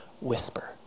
whisper